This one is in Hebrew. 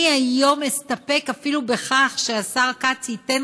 אני היום אסתפק אפילו בכך שהשר כץ ייתן